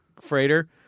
Freighter